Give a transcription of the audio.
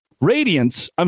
Radiance